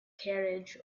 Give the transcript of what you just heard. carriage